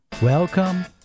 Welcome